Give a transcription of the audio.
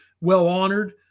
well-honored